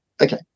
Okay